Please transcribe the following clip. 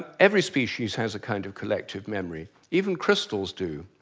every species has a kind of collective memory. even crystals do.